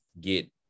get